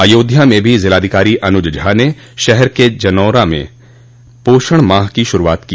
अयोध्या में भी जिलाधिकारी अनुज झा ने शहर के जनौरा में पोषण माह की शुरूआत की